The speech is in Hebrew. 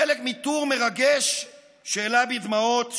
חלק מטור מרגש שהעלה בי דמעות,